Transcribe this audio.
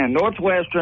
Northwestern